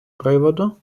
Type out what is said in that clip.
приводу